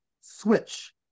switch